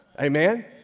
Amen